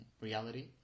reality